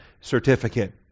certificate